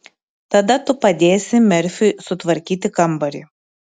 tada tu padėsi merfiui sutvarkyti kambarį